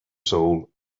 soul